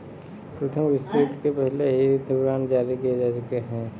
प्रथम विश्वयुद्ध के पहले भी युद्ध बांड जारी किए जा चुके हैं